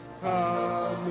come